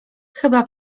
chyba